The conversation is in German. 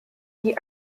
die